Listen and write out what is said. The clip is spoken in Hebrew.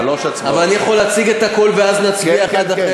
אבל אני יכול להציג את הכול ואז נצביע אחד אחרי,